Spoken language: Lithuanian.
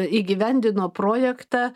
įgyvendino projektą